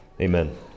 Amen